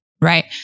right